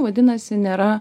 vadinasi nėra